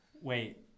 Wait